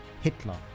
Hitler